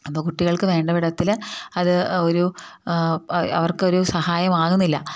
അപ്പം കുട്ടികൾക്ക് വേണ്ട വിധത്തിൽ അത് ഒരു അവർക്ക് ഒരു സഹായമാകുന്നില്ല